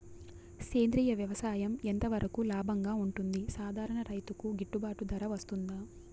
సేంద్రియ వ్యవసాయం ఎంత వరకు లాభంగా ఉంటుంది, సాధారణ రైతుకు గిట్టుబాటు ధర వస్తుందా?